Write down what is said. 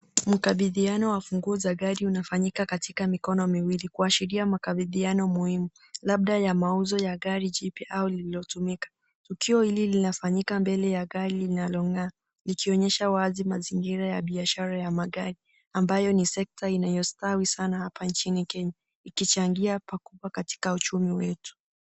Mkabidhiano wa funguo za gari unafanyika katika mikono miwili kuashiria maakabidhiano muhimu, labda ya mauzo ya gari jipya au lililotumika. Tukio hili linafanyika mbele ya gari linalong'aa likionyesha wazi mazingira ya biashara ya magari ambayo ni sekta inayostawi sana hapa nchini Kenya ikichangia wakubwa katika uchumi wetu.